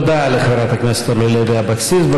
תודה לחברת הכנסת אורלי לוי אבקסיס.